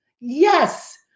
Yes